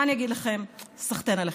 מה אני אגיד לכם, סחתיין עליכם.